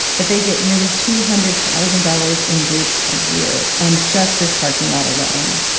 that they get nearly two hundred thousand dollars in boots a year on just this parking lot alone.